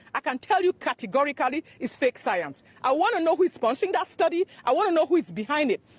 i can tell you categorically is fake science. i wanna know who is sponsoring that study. i wanna know who is behind it.